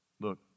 Look